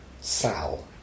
Sal